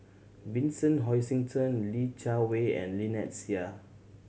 Vincent Hoisington Li Jiawei and Lynnette Seah